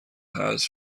حذف